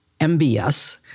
MBS